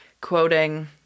quoting